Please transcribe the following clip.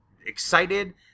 excited